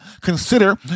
consider